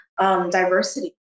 Diversity